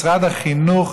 משרד החינוך,